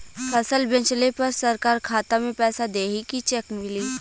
फसल बेंचले पर सरकार खाता में पैसा देही की चेक मिली?